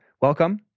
welcome